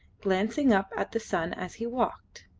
glancing up at the sun as he walked.